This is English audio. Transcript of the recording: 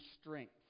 strength